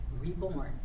reborn